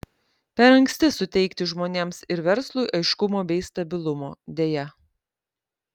per anksti suteikti žmonėms ir verslui aiškumo bei stabilumo deja